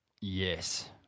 yes